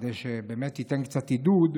כדי שבאמת תיתן קצת עידוד: